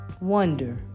wonder